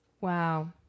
Wow